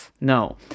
no